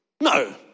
No